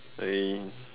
I